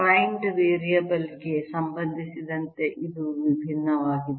primed variable ಗೆ ಸಂಬಂಧಿಸಿದಂತೆ ಇದು ವಿಭಿನ್ನವಾಗಿದೆ